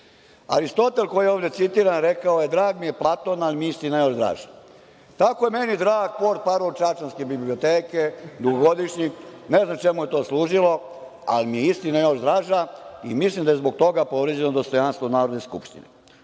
Ćopa. Aristotel, koji je ovde citiran, rekao je: „Drag mi je Platon, ali mi je istina još draža“. Tako je meni drag portparol čačanske biblioteke, dugogodišnji, ne znam čemu je to služilo, ali mi je istina još draža i mislim da je zbog toga povređeno dostojanstvo Narodne skupštine. On